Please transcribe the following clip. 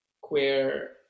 queer